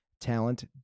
Talent